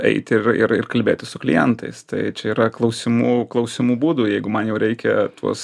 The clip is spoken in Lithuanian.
eiti ir ir ir kalbėti su klientais tai čia yra klausimų klausimų būdų jeigu man jau reikia tuos